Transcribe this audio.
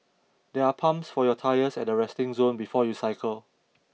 there are pumps for your tyres at the resting zone before you cycle